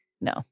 no